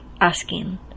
asking